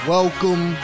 Welcome